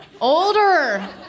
Older